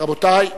רבותי,